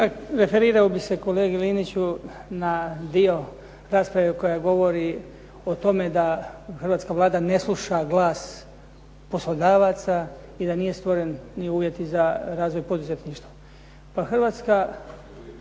Referirao bih se kolegi Liniću na dio rasprave koja govori o tome da hrvatska Vlada ne sluša glas poslodavaca, i da nije stvoren ni uvjeti za razvoj poduzetništva.